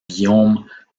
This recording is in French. guillaume